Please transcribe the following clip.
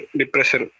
depression